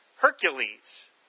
Hercules